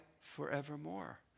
forevermore